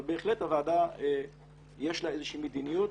אבל בהחלט לוועדה יש איזה מדיניות.